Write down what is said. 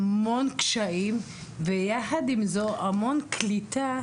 המון קשיים ויחד עם זאת המון קליטה